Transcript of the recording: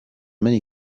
many